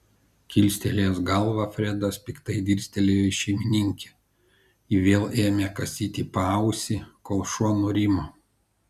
kilstelėjęs galvą fredas piktai dirstelėjo į šeimininkę ji vėl ėmė kasyti paausį kol šuo nurimo